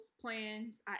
plans